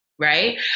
Right